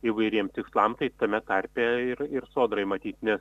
įvairiem tikslam tai tame tarpe ir ir sodrai matyt nes